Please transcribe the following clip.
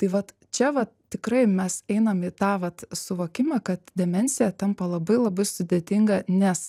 tai vat čia vat tikrai mes einam į tą vat suvokimą kad demencija tampa labai labai sudėtinga nes